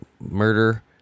murder